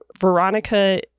Veronica